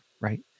right